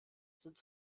sind